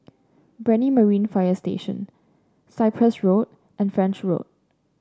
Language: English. Brani Marine Fire Station Cyprus Road and French Road